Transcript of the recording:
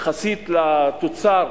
יחסית לתוצר,